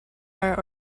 are